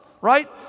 right